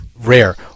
rare